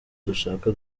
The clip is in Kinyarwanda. dushaka